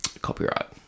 copyright